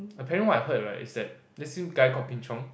apparently what I heard right is that there is some guy call Ping-Chong